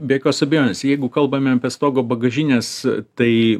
be jokios abejonės jeigu kalbame apie stogo bagažines tai